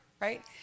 right